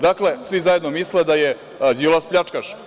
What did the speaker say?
Dakle, svi zajedno misle da je Đilas pljačkaš.